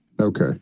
Okay